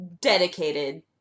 dedicated